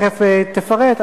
יש פה השרה, היא תיכף תפרט.